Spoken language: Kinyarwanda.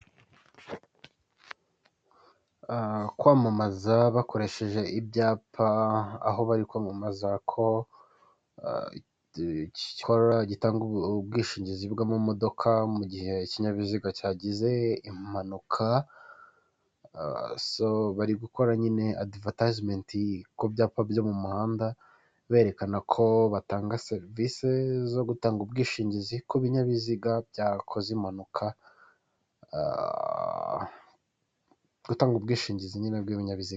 Kwamamaza bakoresheje ibyapa aho bari kwamamaza ko gitanga ubwishingizi bw'amamodoka mu gihe ikinyabiziga cyagize impanuka, bari gukora nyine adivatayizimenti ku byapa byo mu muhanda berekana ko batanga serivisi zo gutanga ubwishingizi ku bininyabiziga byakoze impanuka gutanga ubwishingizi nyine bw'ibinyabiziga.